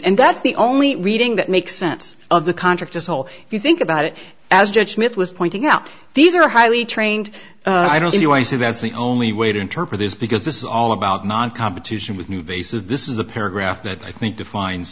and that's the only reading that makes sense of the contract as a whole if you think about it as judge smith was pointing out these are highly trained i don't see you i see that's the only way to interpret this because this is all about non competition with new bases this is a paragraph that i think defines